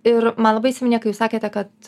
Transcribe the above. ir man labai įsiminė kai jūs sakėte kad